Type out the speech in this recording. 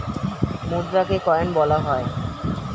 মুদ্রাকে coin বলা হয়